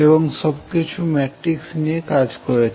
এবং সবকিছু ম্যাট্রিক্স নিয়ে কাজ করেছেন